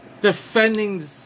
Defending